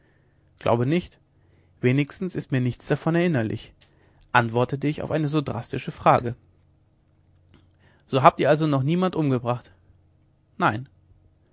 glaube nicht wenigstens ist mir nichts davon erinnerlich antwortete ich auf seine so drastische frage so habt ihr also noch niemand umgebracht nein